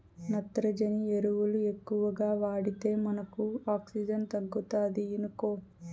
నత్రజని ఎరువులు ఎక్కువగా వాడితే మనకు ఆక్సిజన్ తగ్గుతాది ఇనుకో